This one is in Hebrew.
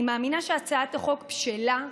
אני מאמינה שהצעת החוק בשלה,